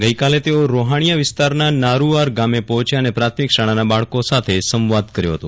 ગઈકાલે તેઓ રોહાજ્ઞીયા વિસ્તારના નારૂઆર ગામે પહોંચ્યા અને પ્રાથમિક શાળાનાં બાળકો સાથે સંવાદ કર્યો હતો